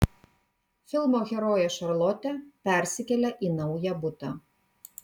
filmo herojė šarlotė persikelia į naują butą